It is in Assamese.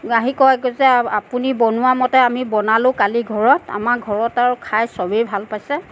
আহি কয় কয় যে আপুনি বনোৱা মতে আমি বনালোঁ কালি ঘৰত আমাৰ ঘৰত আৰু খাই চবেই ভাল পাইছে